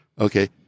Okay